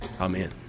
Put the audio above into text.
Amen